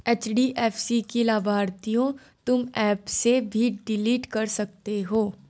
HDFC की लाभार्थियों तुम एप से भी डिलीट कर सकते हो